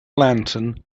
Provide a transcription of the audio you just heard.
lantern